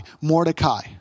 Mordecai